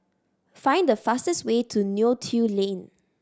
find the fastest way to Neo Tiew Lane